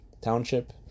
Township